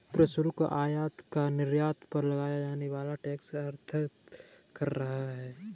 प्रशुल्क, आयात या निर्यात पर लगाया जाने वाला टैक्स अर्थात कर है